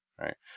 right